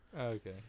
Okay